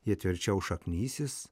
jie tvirčiau šaknysis